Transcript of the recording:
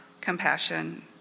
compassion